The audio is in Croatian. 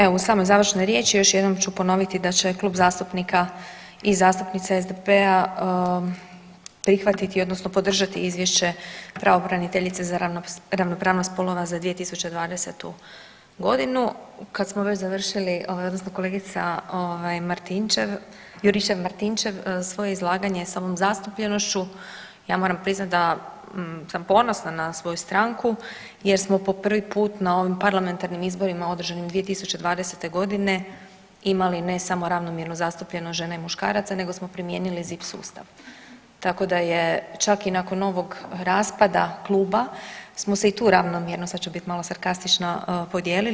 Evo u samoj završnoj riječi još jednom ću ponoviti da će Klub zastupnika i zastupnica SDP-a prihvatiti odnosno podržati Izvješće pravobraniteljice za ravnopravnost spolova za 2020.g. Kad smo već završili odnosno kolegica Juričev Martinčev svoje izlaganje sa ovom zastupljenošću, ja moram priznati da sam ponosna na svoju stranku jer smo po prvi put na ovim parlamentarnim izborima održanim 2020.g. imali ne samo ravnomjernu zastupljenost žena i muškaraca nego smo primijenili ZIP sustav, tako da je čak i nakon ovog raspada kluba smo se i tu ravnomjerno, sad ću bit malo sarkastična, podijelili.